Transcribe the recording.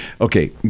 Okay